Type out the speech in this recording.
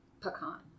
Pecan